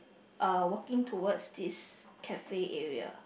uh walking towards this cafe area